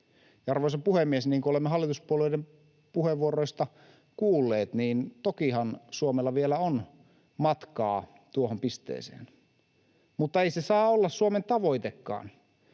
Arvoisa puhemies! Niin kuin olemme hallituspuolueiden puheenvuoroista kuulleet, tokihan Suomella vielä on matkaa tuohon pisteeseen, mutta ei se saa olla Suomen tavoitekaan.